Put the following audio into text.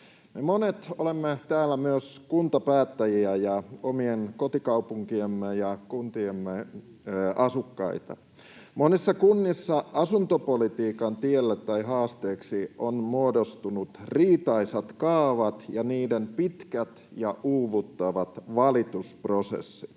Me monet olemme täällä myös kuntapäättäjiä ja omien kotikaupunkiemme ja kuntiemme asukkaita. Monissa kunnissa asuntopolitiikan tielle tai haasteeksi ovat muodostuneet riitaisat kaavat ja niiden pitkät ja uuvuttavat valitusprosessit.